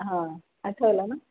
हां आठवला ना